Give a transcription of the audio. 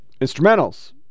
instrumentals